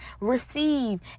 receive